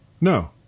no